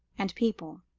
and people.